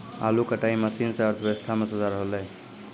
आलू कटाई मसीन सें अर्थव्यवस्था म सुधार हौलय